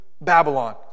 Babylon